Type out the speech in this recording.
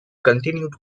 continued